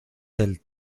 del